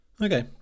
Okay